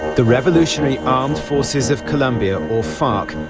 the revolutionary armed forces of colombia, or farc,